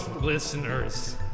listeners